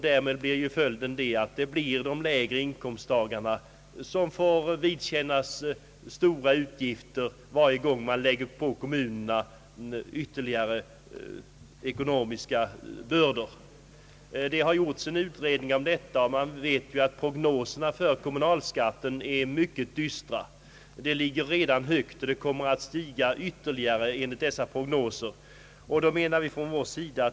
Därav följer att de lägre inkomsttagarna får vidkännas stora utgifter varje gång det på kommunerna läggs ytterligare ekonomiska bördor. Prognoserna för kommunalskatten är mycket dystra. Kommunalskatten är redan hög och kommer enligt dessa prognoser att bli än högre.